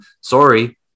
Sorry